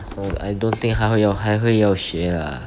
I don't think 他会要他会要学 lah